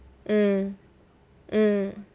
mm mm